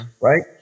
right